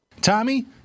Tommy